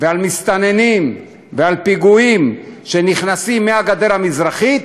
ועל מסתננים, ועל פיגועים, שנכנסים מהגדר המזרחית,